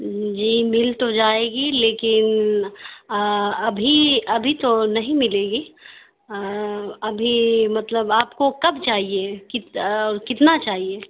جی مل تو جائے گی لیکن ابھی ابھی تو نہیں ملے گی ابھی مطلب آپ کو کب چاہیے کت کتنا چاہیے